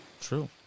True